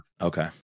Okay